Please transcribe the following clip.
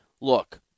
Look